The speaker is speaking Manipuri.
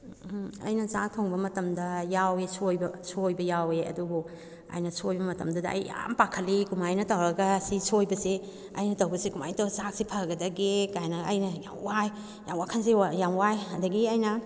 ꯑꯩꯅ ꯆꯥꯛ ꯊꯣꯡꯕ ꯃꯇꯝꯗ ꯌꯥꯎꯋꯦ ꯁꯣꯏꯕ ꯁꯣꯏꯕ ꯌꯥꯎꯋꯦ ꯑꯗꯨꯕꯨ ꯑꯩꯅ ꯁꯣꯏꯕ ꯃꯇꯝꯗꯨꯗ ꯑꯩꯅ ꯌꯥꯝ ꯄꯥꯈꯠꯂꯤ ꯀꯃꯥꯏꯅ ꯇꯧꯔꯒ ꯁꯤ ꯁꯣꯏꯕꯁꯤ ꯑꯩꯅ ꯇꯧꯕꯁꯤ ꯀꯃꯥꯏꯅ ꯇꯧꯔꯒ ꯆꯥꯛꯁꯤ ꯐꯒꯗꯒꯦ ꯀꯥꯏꯅ ꯑꯩꯅ ꯌꯥꯝ ꯋꯥꯏ ꯌꯥꯝ ꯋꯥꯈꯜꯁꯦ ꯌꯥꯝ ꯋꯥꯏ ꯑꯗꯒꯤ ꯑꯩꯅ